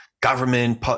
government